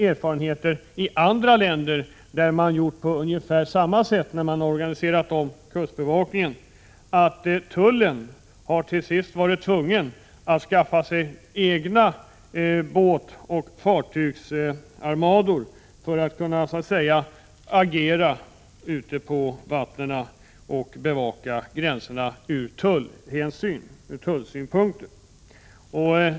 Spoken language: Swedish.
Erfarenheter från andra länder där man har gjort på ungefär samma sätt när man har organiserat om kustbevakningen visar dessutom att tullen till sist har varit tvungen att skaffa sig egna båtoch fartygsarmador för att kunna agera ute på vattnen och bevaka gränserna ur tullsynpunkt.